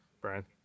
Brian